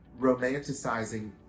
romanticizing